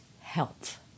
health